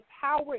power